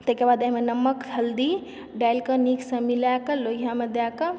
तैके बाद अइमे नमक हल्दी डालिकऽ नीकसऽ मिलाएकऽ लोहियामे दए कऽ